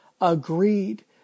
agreed